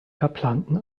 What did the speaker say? verplanten